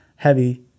heavy